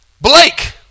Blake